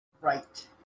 Right